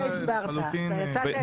לא הסברת, יצאת ידי חובת ההסברה.